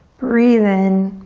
breathe in.